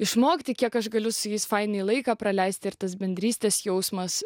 išmokti kiek aš galiu su jais fainai laiką praleisti ir tas bendrystės jausmas